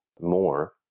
more